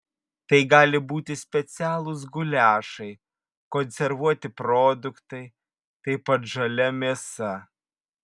tai gali būti specialūs guliašai konservuoti produktai taip pat žalia mėsa